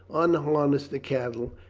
unharness the cattle,